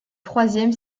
troisième